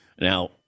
now